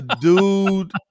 dude